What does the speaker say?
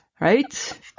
Right